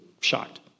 shocked